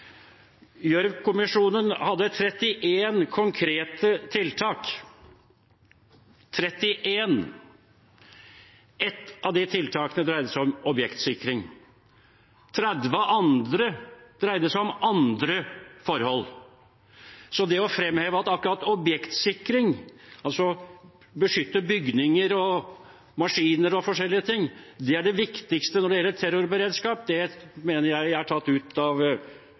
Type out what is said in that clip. Gjørv-kommisjonen hadde 31 konkrete tiltak – ett av de tiltakene dreide seg om objektsikring. De 30 andre dreide seg om andre forhold. Så det å fremheve at akkurat objektsikring, altså det å beskytte bygninger, maskiner og forskjellige ting, er det viktigste når det gjelder terrorberedskap, mener jeg er tatt ut av